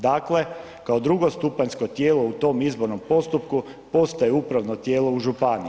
Dakle, kao drugostupanjsko tijelo u tom izbornom postupku postaje upravno tijelo u županiji.